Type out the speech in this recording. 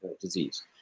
disease